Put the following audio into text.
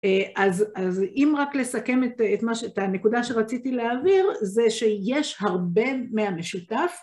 אז אם רק לסכם את הנקודה שרציתי להעביר זה שיש הרבה מהמשותף